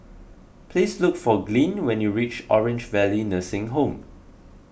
please look for Glynn when you reach Orange Valley Nursing Home